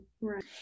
Right